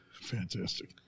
Fantastic